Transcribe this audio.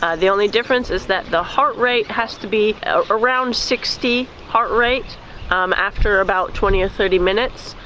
ah the only difference is that the heart rate has to be around sixty heart rate um after about twenty or thirty minutes.